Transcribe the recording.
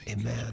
Amen